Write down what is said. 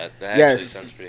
Yes